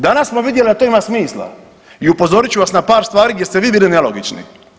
Danas smo vidjeli da to ima smisla i upozorit ću vas na par stvari gdje ste … [[Govornik se ne razumije]] nelogični.